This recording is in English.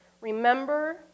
Remember